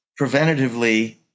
preventatively